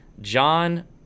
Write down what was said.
John